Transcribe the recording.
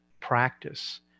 practice